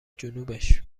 جنوبش